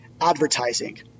advertising